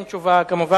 אין תשובה, כמובן.